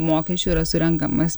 mokesčių yra surenkamas